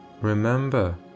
Remember